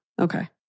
Okay